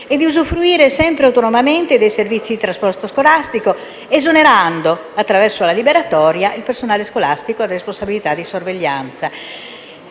e di usufruire, sempre autonomamente, dei servizi di trasporto scolastico, esonerando, attraverso una liberatoria, il personale scolastico dalla responsabilità di sorveglianza.